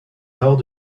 nord